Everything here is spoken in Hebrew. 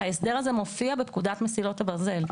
ההסדר הזה מופיע בפקודת מסילות הברזל,